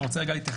אני רוצה להתייחס.